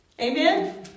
Amen